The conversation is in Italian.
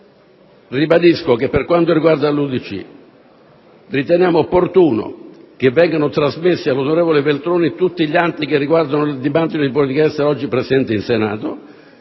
ribadisco che, per quanto riguarda l'UDC, riteniamo opportuno che vengano trasmessi all'onorevole Veltroni tutti gli atti che riguardano il dibattito di politica estera di oggi al Senato